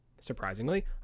surprisingly